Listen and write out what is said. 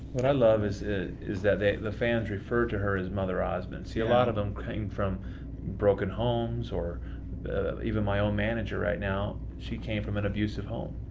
what i love is ah is that they the fans refer to her as mother osmond. you see a lot of them came from broken homes or even my own manager right now. she came from an abusive home,